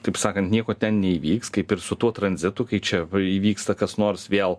taip sakant nieko ten neįvyks kaip ir su tuo tranzitu kai čia įvyksta kas nors vėl